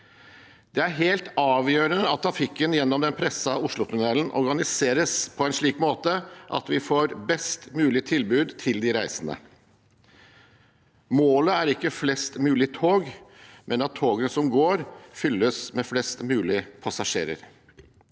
Det er helt avgjørende at trafikken gjennom den pressede Oslotunnelen organiseres på en slik måte at vi får et best mulig tilbud til de reisende. Målet er ikke flest mulig tog, men at togene som går, fylles med flest mulig passasjerer.